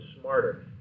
smarter